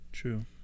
True